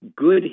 good